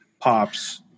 pops